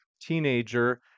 teenager